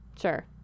sure